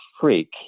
freak